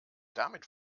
damit